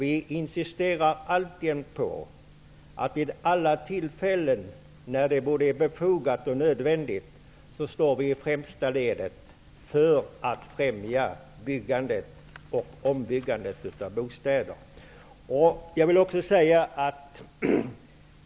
Vi insisterar alltjämt på att vi vid alla tillfällen när det är både befogat och nödvändigt står i främsta ledet för att främja byggandet och ombyggandet av bostäder.